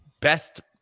best –